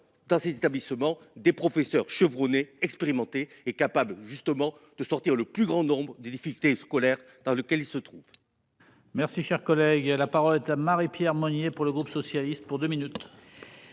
dans ces établissements, des professeurs chevronnés expérimenté et capable justement de sortir le plus grand nombre des difficultés scolaires, dans lequel il se trouve. Merci, cher collègue, la parole à Marie-Pierre Monnier. Pour le groupe socialiste pour 2 minutes.